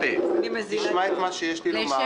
היא תשמע את מה שיש לי לומר,